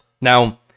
Now